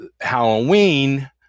Halloween